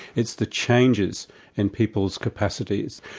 it's the changes in people's capacities,